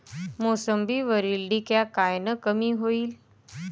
मोसंबीवरील डिक्या कायनं कमी होईल?